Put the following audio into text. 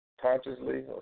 consciously